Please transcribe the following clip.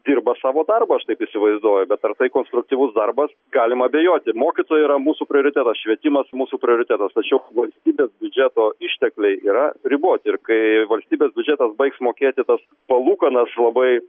dirba savo darbą aš taip įsivaizduoju bet ar tai konstruktyvus darbas galima abejoti mokytoju yra mūsų prioritetas švietimas mūsų prioritetas tačiau valstybės biudžeto ištekliai yra riboti ir kai valstybės biudžetas baigs mokėti tas palūkanas labai